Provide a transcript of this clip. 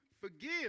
forgive